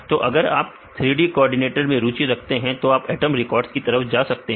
तो अगर आप 3D कोऑर्डिनेटर में रुचि रखते हैं तो आप एटम रिकॉर्ड्स की तरफ जा सकते हैं